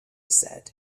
said